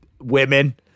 Women